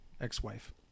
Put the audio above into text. ex-wife